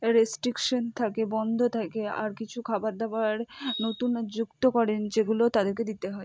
restriction থাকে বন্ধ থাকে আর কিছু খাবার দাবার নতুন যুক্ত করেন যেগুলো তাদেরকে দিতে হয়